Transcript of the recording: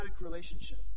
relationship